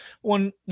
one